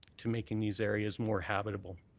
to making these areas more habitable.